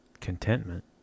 contentment